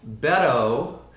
Beto